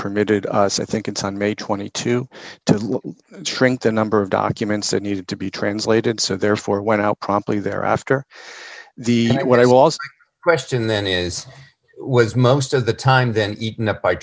permitted i think it's on may twenty two to trink the number of documents that needed to be translated so therefore went out promptly there after the when i last question then is was most of the time then eaten up by